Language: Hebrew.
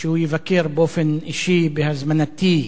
שהוא יבקר באופן אישי, בהזמנתי,